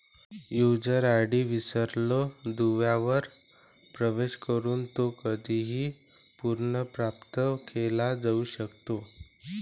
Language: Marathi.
यूजर आय.डी विसरलो दुव्यावर प्रवेश करून तो कधीही पुनर्प्राप्त केला जाऊ शकतो